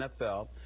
NFL